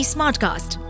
Smartcast।